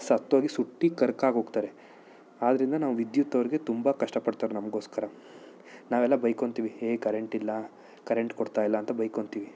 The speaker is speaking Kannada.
ಸತ್ತೋಗಿ ಸುಟ್ಟು ಕರಕಾಗೋಗ್ತಾರೆ ಆದ್ರಿಂದ ನಾವು ವಿದ್ಯುತ್ ಅವ್ರಿಗೆ ತುಂಬ ಕಷ್ಟಪಡ್ತಾರೆ ನಮಗೋಸ್ಕರ ನಾವೆಲ್ಲ ಬೈಕೊಳ್ತೀವಿ ಏ ಕರೆಂಟ್ ಇಲ್ಲ ಕರೆಂಟ್ ಕೊಡ್ತಾ ಇಲ್ಲಾಂತ ಬೈಕೊಳ್ತೀವಿ